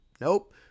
Nope